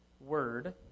Word